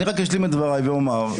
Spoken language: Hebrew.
אני רק אשלים את דבריי ואומר,